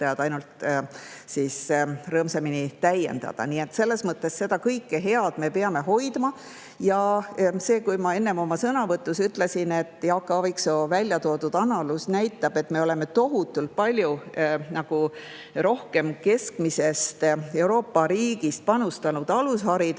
ainult rõõmsamini täiendada, nii et selles mõttes kõike seda head me peame hoidma. Ja kui ma enne oma sõnavõtus ütlesin, et Jaak Aaviksoo välja toodud analüüs näitab, et me oleme tohutult palju rohkem keskmisest Euroopa riigist panustanud alusharidusse,